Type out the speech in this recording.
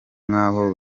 nkaho